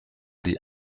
die